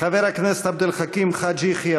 חבר הכנסת עבד אל חכים חאג' יחיא,